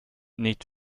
nicht